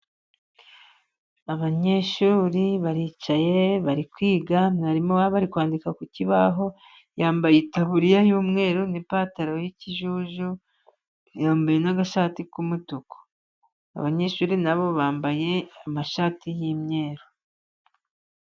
Abanyeshuri baricaye bari kwiga, mwarimu wabo ari kwandika ku kibaho, yambaye itaburiya y'umweru, n'ipantaro y'ikijuju, yambaye n'agashati k'umutuku, abanyeshuri na bo bambaye amashati y'imyeru.